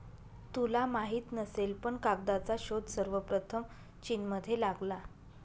तुला माहित नसेल पण कागदाचा शोध सर्वप्रथम चीनमध्ये लागला